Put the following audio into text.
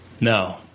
No